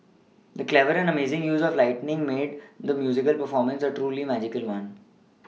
the clever and amazing use of lighting made the musical performance a truly magical one